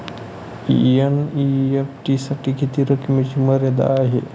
NEFT साठी किती रकमेची मर्यादा आहे?